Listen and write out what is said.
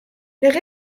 der